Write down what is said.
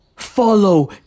Follow